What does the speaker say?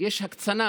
יש הקצנה.